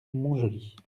montjoly